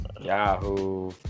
Yahoo